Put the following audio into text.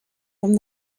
from